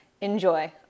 Enjoy